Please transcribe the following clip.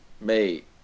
mate